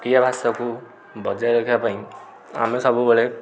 ଓଡ଼ିଆ ଭାଷାକୁ ବଜାୟ ରଖିବା ପାଇଁ ଆମେ ସବୁବେଳେ